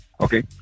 Okay